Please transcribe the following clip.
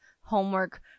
homework